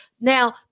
Now